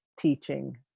teaching